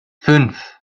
fünf